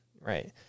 right